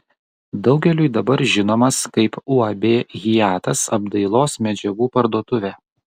daugeliui dabar žinomas kaip uab hiatas apdailos medžiagų parduotuvė